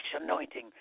anointing